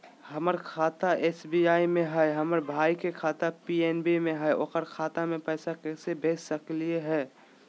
हमर खाता एस.बी.आई में हई, हमर भाई के खाता पी.एन.बी में हई, ओकर खाता में पैसा कैसे भेज सकली हई?